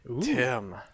Tim